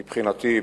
מבחינתי,